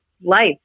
life